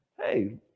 hey